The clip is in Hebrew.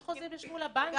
איזה חופש חוזים יש מול הבנקים?